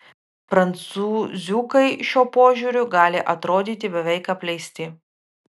prancūziukai šiuo požiūriu gali atrodyti beveik apleisti